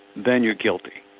then you're guilty.